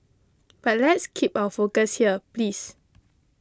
but let's keep our focus here please